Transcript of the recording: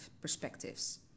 perspectives